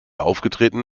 aufgetreten